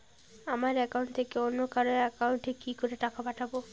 আমার একাউন্ট থেকে অন্য কারো একাউন্ট এ কি করে টাকা পাঠাবো?